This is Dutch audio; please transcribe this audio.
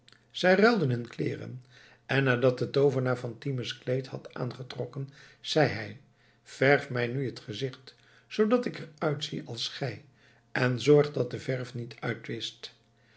zij ruilden hun kleeren en nadat de toovenaar fatime's kleed had aangetrokken zei hij verf mij nu het gezicht zoodat ik er uitzie als gij en zorg dat de verf niet